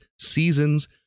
seasons